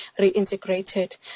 reintegrated